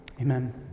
Amen